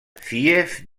fiefs